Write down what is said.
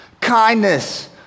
kindness